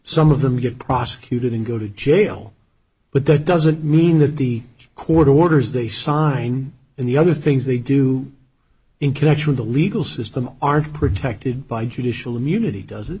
some of them get prosecuted and go to jail but that doesn't mean that the court orders they sign in the other things they do in connection with the legal system aren't protected by judicial immunity does it